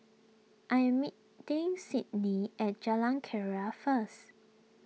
I am meeting Sidney at Jalan Keria first